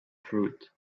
fruit